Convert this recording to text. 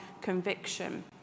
conviction